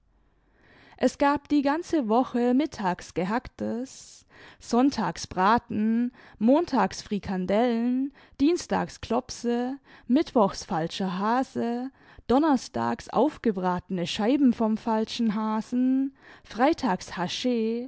es gab die ganze woche mittags gehacktes sonntags braten montags frikandellen dienstags klopse mittwochs falscher hase donnerstags aufgebratene scheiben vom falschen hasen freitags haschee